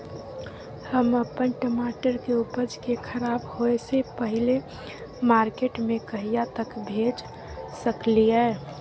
हम अपन टमाटर के उपज के खराब होय से पहिले मार्केट में कहिया तक भेज सकलिए?